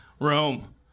Rome